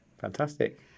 fantastic